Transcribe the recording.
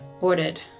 Ordered